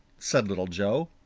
said little joe.